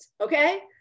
Okay